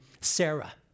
Sarah